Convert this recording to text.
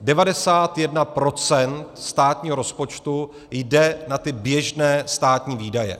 91 % státního rozpočtu jde na běžné státní výdaje.